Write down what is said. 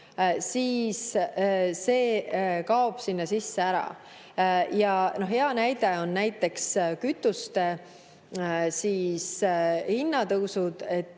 siis see kaob sinna sisse ära. Hea näide on kütuste hinna tõus.